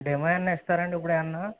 demo ఏమన్న ఇస్తారా అండి ఇప్పుడు ఏమన్న